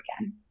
again